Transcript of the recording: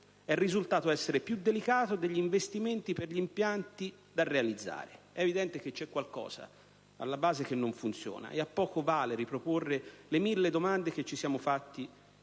è risultato essere più delicato degli investimenti per gli impianti da realizzare. È evidente che qualcosa alla base non funziona, e a poco vale riproporre le mille domande che ci siamo fatti